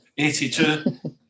82